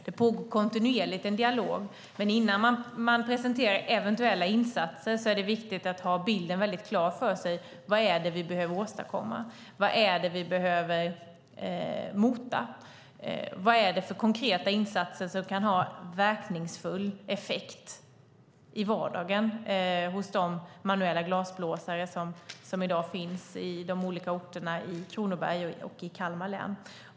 Det pågår kontinuerligt en dialog, men innan vi presenterar eventuella insatser är det viktigt att ha bilden klar för sig. Vad är det vi behöver åstadkomma? Vad är det vi behöver mota? Vad är det för konkreta insatser som kan ha verkningsfull effekt i vardagen för de manuella glasblåsare som finns på de olika orterna i Kronobergs och Kalmar län?